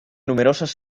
numerosas